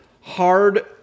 hard